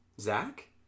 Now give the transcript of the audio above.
Zach